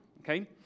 okay